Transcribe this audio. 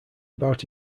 about